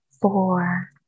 four